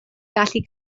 gallu